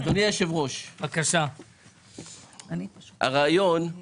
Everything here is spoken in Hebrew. אדוני היושב ראש, הרעיון של